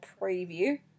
preview